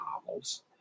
novels